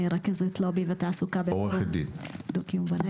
אני רכזת לובי ותעסוקה פורום דו-קיום בנגב,